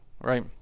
right